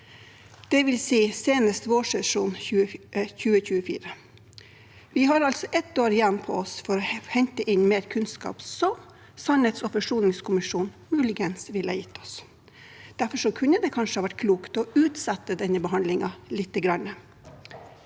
dvs. senest i vårsesjonen 2024. Vi har altså ett år igjen på oss for å hente inn mer kunnskap som sannhets- og forsoningskommisjonen muligens ville gitt oss. Derfor kunne det kanskje ha vært klokt å utsette denne behandlingen lite